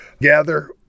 gather